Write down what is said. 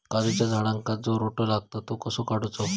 काजूच्या झाडांका जो रोटो लागता तो कसो काडुचो?